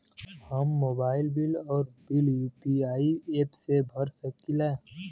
हम mobile bill और bill UPI app से भर सकिला